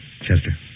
Chester